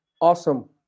Awesome